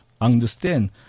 understand